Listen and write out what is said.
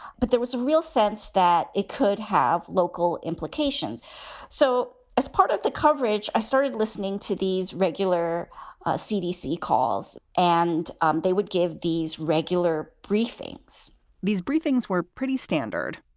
but there was a real sense that it could have local implications so as part of the coverage, i started listening to these regular cdc calls and um they would give these regular briefings these briefings were pretty standard.